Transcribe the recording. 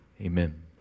amen